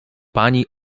pani